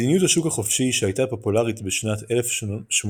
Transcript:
מדיניות "השוק החופשי" שהייתה פופולרית בשנת 1840